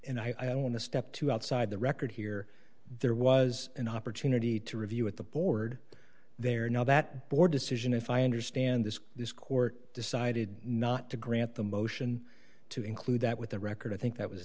and i don't want to step two outside the record here there was an opportunity to review at the board there now that board decision if i understand this this court decided not to grant the motion to include that with the record i think that was